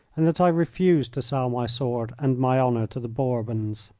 and that i refused to sell my sword and my honour to the bourbons.